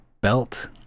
belt